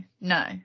no